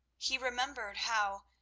he remembered how,